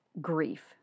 grief